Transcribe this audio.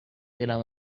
دلم